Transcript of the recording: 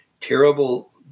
terrible